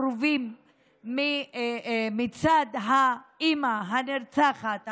והקרובים מצד האימא הנרצחת,